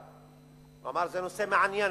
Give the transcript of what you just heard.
ואמר: זה נושא מעניין,